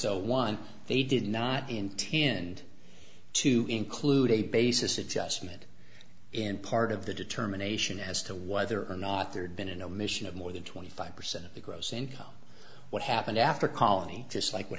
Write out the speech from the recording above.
zero one they did not intend to include a basis adjustment in part of the determination as to whether or not there'd been an omission of more than twenty five percent of the gross income what happened after colony just like what